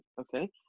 okay